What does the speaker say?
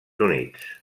units